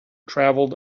traveled